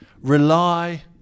Rely